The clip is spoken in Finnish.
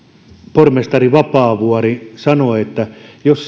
pormestari vapaavuori sanoi että jos